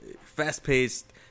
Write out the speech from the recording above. fast-paced